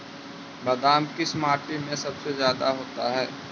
बादाम किस माटी में सबसे ज्यादा होता है?